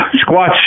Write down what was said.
Squat